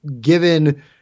given